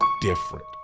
different